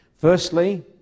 Firstly